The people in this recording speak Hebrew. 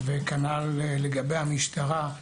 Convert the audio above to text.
כנ"ל לגבי המשטרה.